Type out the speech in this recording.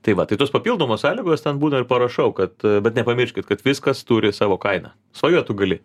tai va tai tos papildomos sąlygos ten būna ir parašau kad bet nepamirškit kad viskas turi savo kainą svajot tu gali